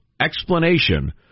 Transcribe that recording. explanation